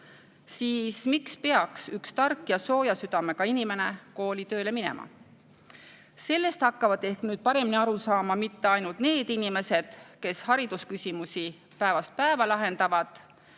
siis miks peaks üks tark ja sooja südamega inimene kooli tööle minema? Sellest hakkavad ehk nüüd paremini aru saama mitte ainult need inimesed, kes haridusküsimusi päevast päeva lahendavad,